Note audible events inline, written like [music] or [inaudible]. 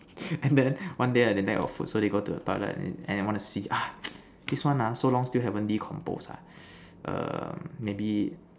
[noise] and then one day they lack of food so they go to the toilet and they want to see ah [noise] this one ah so long still haven't decompose ah err maybe